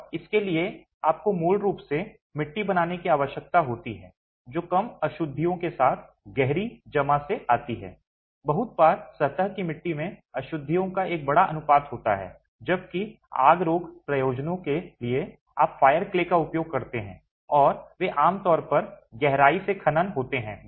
और इसके लिए आपको मूल रूप से मिट्टी बनाने की आवश्यकता होती है जो कम अशुद्धियों के साथ गहरी जमा से आती है बहुत बार सतह की मिट्टी में अशुद्धियों का एक बड़ा अनुपात होता है जबकि आग रोक प्रयोजनों के लिए आप फायर क्ले का उपयोग करते हैं और वे आम तौर पर गहराई से खनन होते हैं